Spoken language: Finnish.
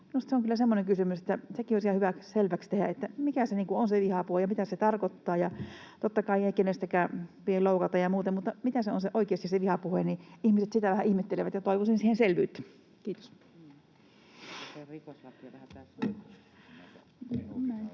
kyllä semmoinen kysymys, että sekin olisi ihan hyvä selväksi tehdä: mitä vihapuhe on ja mitä se tarkoittaa. Ja totta kai, ei ketään pidä loukata ja muuta, mutta sitä, mitä se vihapuhe oikeasti on, ihmiset vähän ihmettelevät, ja toivoisin siihen selvyyttä. — Kiitos.